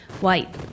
white